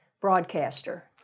broadcaster